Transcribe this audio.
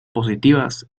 positivas